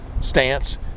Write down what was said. stance